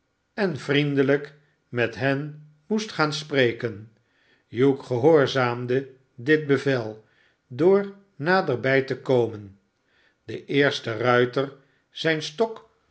en vriendelijk met hen moest gaan spreken hugh gehoorzaamde dit bevel door naderbij te komen den eersten ruiter zijn stok